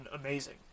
amazing